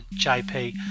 JP